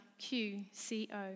QCO